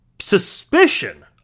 Suspicion